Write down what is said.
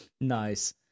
nice